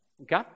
Okay